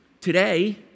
Today